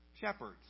shepherds